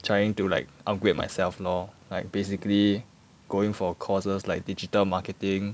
trying to like upgrade myself lor like basically going for courses like digital marketing